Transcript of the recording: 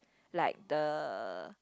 like the